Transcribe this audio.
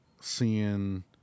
seeing